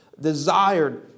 desired